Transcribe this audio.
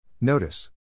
Notice